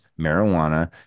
marijuana